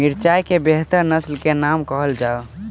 मिर्चाई केँ बेहतर नस्ल केँ नाम कहल जाउ?